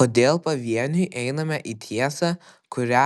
kodėl pavieniui einame į tiesą kurią